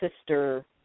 sister